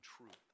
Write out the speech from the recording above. truth